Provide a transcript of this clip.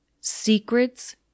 Secrets